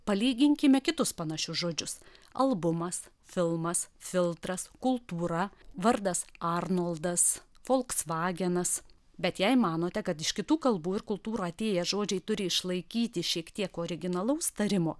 palyginkime kitus panašius žodžius albumas filmas filtras kultūra vardas arnoldas folksvagenas bet jei manote kad iš kitų kalbų ir kultūrų atėję žodžiai turi išlaikyti šiek tiek originalaus tarimo